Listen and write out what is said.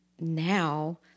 now